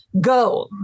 go